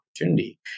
opportunity